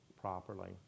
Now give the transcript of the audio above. properly